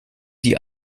die